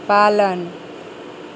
पालन